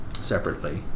separately